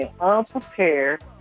unprepared